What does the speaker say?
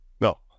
no